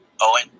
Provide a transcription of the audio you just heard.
Owen